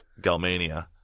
Galmania